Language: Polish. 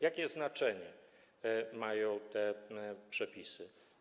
Jakie znaczenie mają te przepisy?